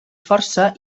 força